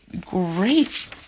great